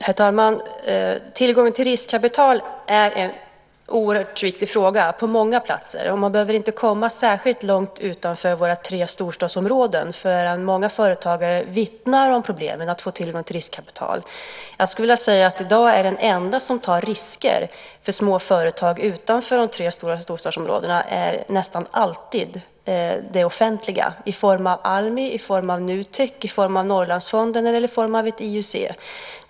Herr talman! Tillgången till riskkapital är en oerhört viktig fråga på många platser. Man behöver inte komma särskilt långt utanför våra tre storstadsområden för att många företagare ska vittna om problemen med att få tillgång till riskkapital. Jag skulle vilja säga att den som i dag tar risker för små företag utanför de tre stora storstadsområdena nästan alltid är det offentliga - i form av Almi, i form av Nutek, i form av Norrlandsfonden eller i form av ett IUC.